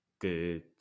good